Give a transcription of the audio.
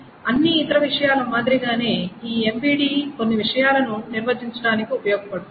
అన్ని ఇతర విషయాల మాదిరిగానే ఈ MVD కొన్ని విషయాలను నిర్వచించడానికి ఉపయోగపడుతుంది